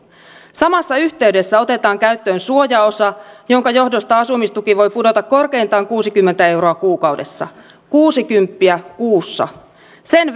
samassa yhteydessä otetaan käyttöön suojaosa jonka johdosta asumistuki voi pudota korkeintaan kuusikymmentä euroa kuukaudessa kuusikymppiä kuussa sen